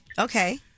Okay